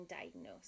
diagnosed